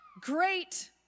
great